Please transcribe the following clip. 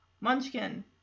Munchkin